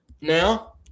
Now